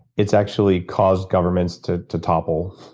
it's actually caused governments to to topple.